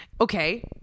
Okay